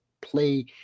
play